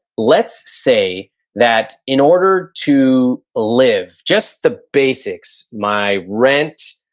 let's say that in order to live, just the basics, my rent,